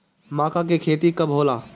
माका के खेती कब होला?